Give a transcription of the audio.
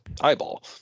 eyeball